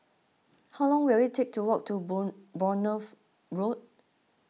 how long will it take to walk to Bournemouth Road